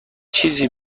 چیزی